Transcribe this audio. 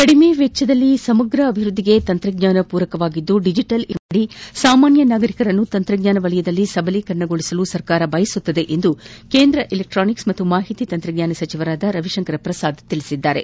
ಕಡಿಮೆ ವೆಚ್ಚದಲ್ಲಿ ಸಮಗ್ರ ಅಭಿವೃದ್ದಿಗೆ ತಂತ್ರಜ್ಞಾನ ಪೂರಕವಾಗಿದ್ದು ಡಿಜಿಟಲ್ ಇಂಡಿಯಾ ಕಾರ್ಯಕ್ರಮದಿಿ ಸಾಮಾನ್ಯ ನಾಗರಿಕರನ್ನು ತಂತ್ರಜ್ಞಾನ ವಲಯದಲ್ಲಿ ಸಬಲೀಕರಣಗೊಳಿಸಲು ಸರ್ಕಾರ ಬಯಸುತ್ತದೆ ಎಂದು ಕೇಂದ್ರ ಎಲೆಕ್ವಾನಿಕ್ಸ್ ಮತ್ತು ಮಾಹಿತಿ ತಂತ್ರಜ್ಞಾನ ಸಚಿವ ರವಿಶಂಕರ ಪ್ರಸಾದ್ ಹೇಳಿದ್ದಾರೆ